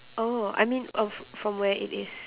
oh I mean of from where it is